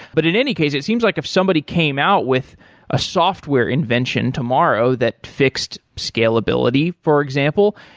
but in any case, it seems like if somebody came out with a software invention tomorrow that fixed scalability, for example,